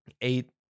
eight